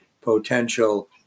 potential